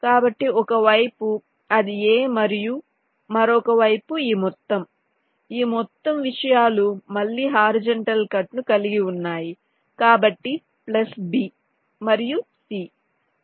కాబట్టి ఒక వైపు అది A మరియు మరొక వైపు ఈ మొత్తం ఈ మొత్తం విషయాలు మళ్ళీ హారిజంటల్ కట్ ను కలిగి ఉన్నాయి కాబట్టి ప్లస్ B మరియు C